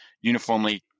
uniformly